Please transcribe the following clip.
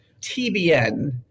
TBN